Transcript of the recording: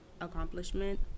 accomplishment